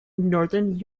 northern